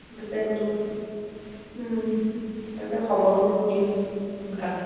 সেইটোকে বোলো সেইটোকে খবৰটো বোলো দিওঁ সোনকালে